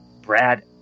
Brad